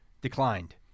declined